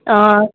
ஆ